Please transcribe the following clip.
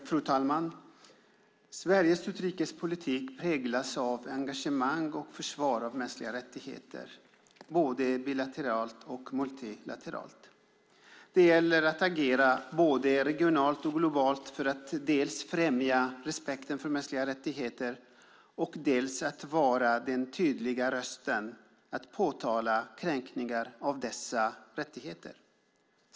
Fru talman! Sveriges utrikespolitik präglas av engagemang och försvar av mänskliga rättigheter, både bilateralt och multilateralt. Det gäller att agera både regionalt och globalt för att dels främja respekten för de mänskliga rättigheterna, dels att vara den tydliga rösten när det gäller att påtala kränkningar av dessa rättigheter.